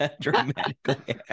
dramatically